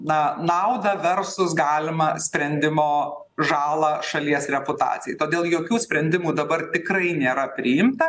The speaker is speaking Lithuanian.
na naudą versus galimą sprendimo žalą šalies reputacijai todėl jokių sprendimų dabar tikrai nėra priimta